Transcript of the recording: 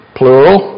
plural